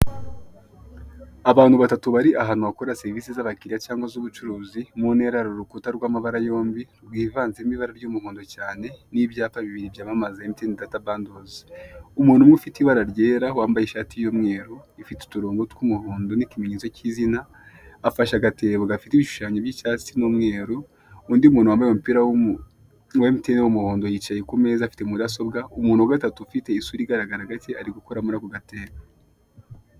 Abantu batatu bari ahantu bakorera serivisi z'abakire cyangwa z'ubucuruzi mu ntera rukuta rw'amabara yombi rwivanzemo ibara ry'umuhondo cyane n'ibyapa bibiri byamamaza mtn data bandozi, umuntu uba ufite ibara ryera wambaye ishati y'umweru, ifite uturongo tw'umuhondo n'ikimenyetso k'izina afashe agatebo gafite ibishushanyu by'icyatsi n'umweru, undi muntu wambaye umupira wa mtn w'umuhondo yicaye ku ameza, afite mudasobwa umuntu wa gatatu ufite isura igaragara gake ari gukora muri ako gatebo.